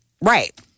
right